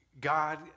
God